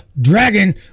Dragon